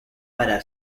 para